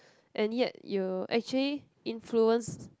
and yet you actually influence